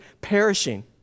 perishing